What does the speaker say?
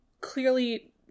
clearly